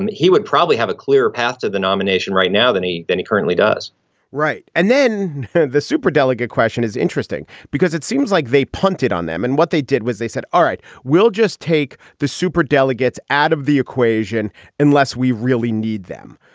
and he would probably have a clear path to the nomination right now than he than he currently does right. and then the super delegate question is interesting, because it seems like they punted on them. and what they did was they said, all right, we'll just take the super delegates out of the equation unless we really need them.